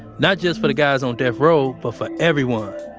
not just for the guys on death row, but for everyone.